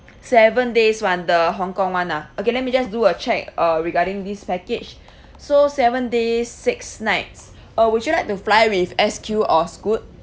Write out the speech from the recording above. seven days [one] the hong kong [one] ah okay let me just do a check uh regarding this package so seven days six nights uh would you like to fly with S_Q or scoot